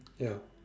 ya